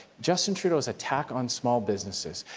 justin trudeau's attack on small businesses,